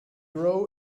raw